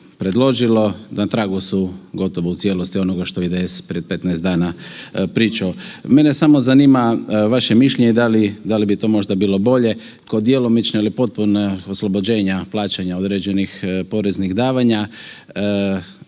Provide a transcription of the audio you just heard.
predložilo, na tragu su gotovo u cijelosti onoga što je IDS prije 15 dana pričao. Mene samo zanima vaše mišljenje i da li bi to možda bilo bolje, kod djelomičnog ili potpunog oslobođenja plaćanja određenih poreznih davanja,